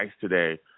today